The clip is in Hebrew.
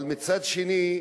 אבל מצד שני,